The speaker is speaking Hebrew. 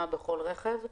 מצלמה בכל רכב,